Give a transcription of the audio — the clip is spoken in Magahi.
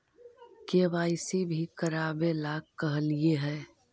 के.वाई.सी भी करवावेला कहलिये हे?